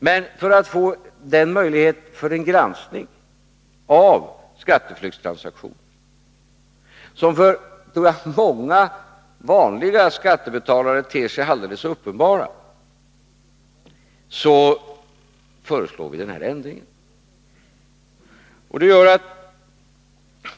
Men för att få den möjlighet till granskning av skatteflyktstransaktioner, som jag tror för många vanliga skattebetalare ter sig alldeles uppenbara, föreslår vi den här ändringen.